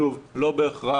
שוב, לא בהכרח